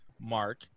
mark